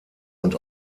und